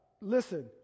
listen